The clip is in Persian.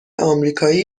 آمریکایی